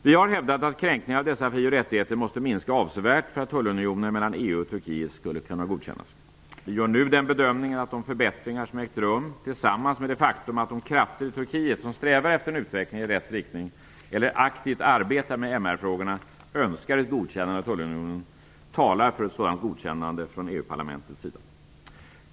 Vi har hävdat att kränkningarna av dessa frioch rättigheter måste minska avsevärt för att tullunionen mellan EU och Turkiet skulle kunna godkännas. Vi gör nu den bedömningen att de förbättringar som har ägt rum, tillsammans med det faktum att de krafter i Turkiet som strävar efter en utveckling i rätt riktning eller aktivt arbetar med MR-frågorna önskar ett godkännande av tullunionen, talar för ett sådant godkännande från EU-parlamentets sida.